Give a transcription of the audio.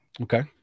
Okay